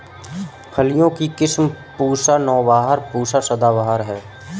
फलियों की किस्म पूसा नौबहार, पूसा सदाबहार है